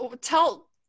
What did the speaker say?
tell